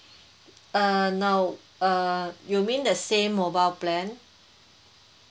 uh now uh you mean the same mobile plan